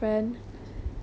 oh